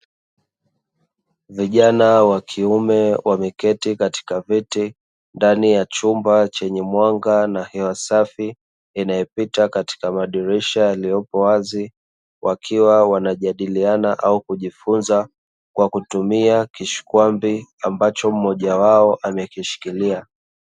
Vijana wa kiume wameketi katika viti; ndani ya chumba chenye mwanga na hewa safi inayopita katika madirisha yaliyopo wazi, wakiwa wanajadiliana au kujifunza kwa kutumia kishkwambi ambacho mmojawao amekishikilia.